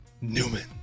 Newman